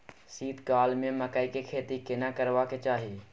शीत काल में मकई के खेती केना करबा के चाही?